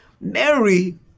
Mary